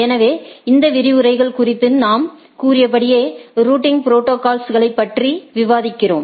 எனவே இந்த பாடத்தில் நாம் கூறியபடியே ரூட்டிங் ப்ரோடோகால்ஸ்களைப் பற்றி விவாதிக்கிறோம்